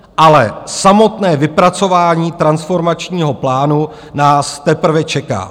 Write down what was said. Ale samotné vypracování transformačního plánu nás teprve čeká.